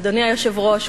אדוני היושב-ראש,